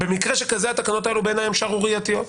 במקרה כזה תקנות כאלה הן שערורייתיות,